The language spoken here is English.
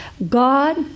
God